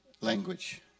language